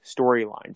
storylines